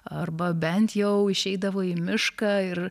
arba bent jau išeidavo į mišką ir